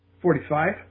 Forty-five